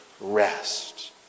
rest